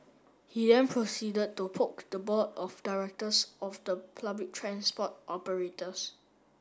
he then proceeded to poke the board of directors of the public transport operators